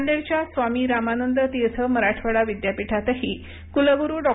नांदेड च्या स्वामी रामानंद तीर्थ मराठवाडा विद्यापीठातही कुलगुरू डॉ